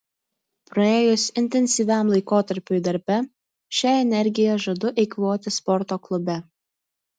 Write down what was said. praėjus intensyviam laikotarpiui darbe šią energiją žadu eikvoti sporto klube